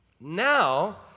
Now